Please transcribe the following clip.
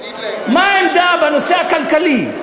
מה העמדה בנושא הכלכלי?